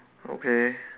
okay